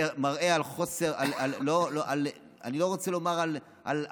זה מראה על חוסר, אני לא רוצה לומר שעל הדרה,